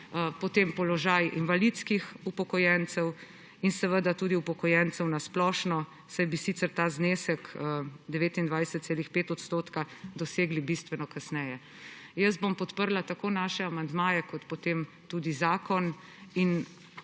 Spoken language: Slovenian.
položaj invalidskih upokojencev in seveda tudi upokojencev na splošno, saj bi sicer ta znesek 29,5 % dosegli bistveno kasneje. Podprla bom tako naše amandmaje kot potem tudi zakon.